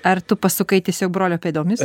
ar tu pasukai tiesiog brolio pėdomis